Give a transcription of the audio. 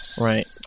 Right